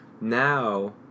Now